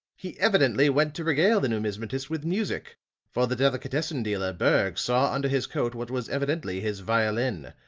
he evidently went to regale the numismatist with music for the delicatessen dealer, berg, saw under his coat what was evidently his violin.